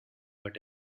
but